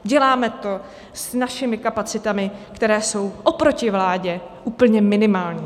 Děláme to s našimi kapacitami, které jsou oproti vládě úplně minimální.